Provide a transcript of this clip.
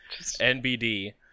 NBD